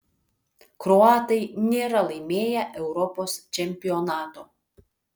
kroatai nėra laimėję europos čempionato